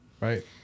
right